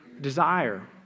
desire